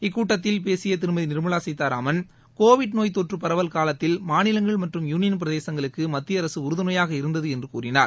இக்கூட்டத்தில் பேசிய திருமதி நிர்மலா சீத்தாராமன் கோவிட் நோய் தொற்று பரவல் காலத்த்தில் மாநிலங்கள் மற்றும் யூனியன் பிரதேசங்களுக்கு மத்திய அரசு உறுதுணையாக இருந்தது என்று கூறினார்